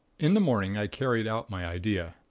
in the morning i carried out my idea.